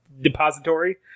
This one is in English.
depository